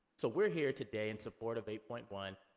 so, we're here today in support of eight point one,